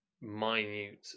minute